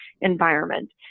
environment